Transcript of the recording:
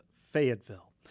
Fayetteville